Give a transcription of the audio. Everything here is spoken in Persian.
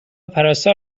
پرستار